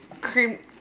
cream